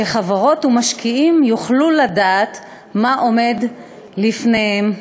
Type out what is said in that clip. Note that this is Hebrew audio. חברות ומשקיעים יוכלו לדעת מה עומד לפניהם,